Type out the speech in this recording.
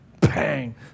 bang